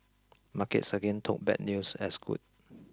markets again took bad news as good